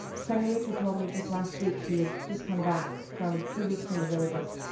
sanghamitra told me just last week she had just come back from two weeks in the villages,